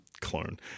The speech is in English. clone